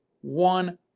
one